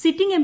sitting M